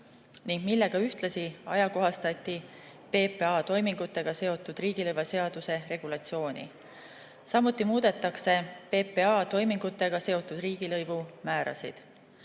ning millega ühtlasi ajakohastati PPA toimingutega seotud riigilõivuseaduse regulatsiooni. Samuti muudetakse PPA toimingutega seotud riigilõivumäärasid.